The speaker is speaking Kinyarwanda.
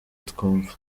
twumva